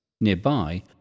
Nearby